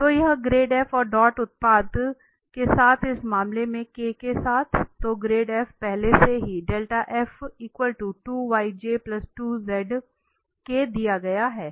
तो यह grade f और डॉट उत्पाद के साथ इस मामले में के साथ तो ग्रेड f पहले से ही दिया गया है